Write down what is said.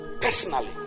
personally